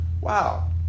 Wow